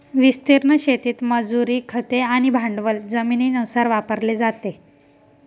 विस्तीर्ण शेतीत मजुरी, खते आणि भांडवल जमिनीनुसार वापरले जाते